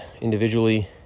individually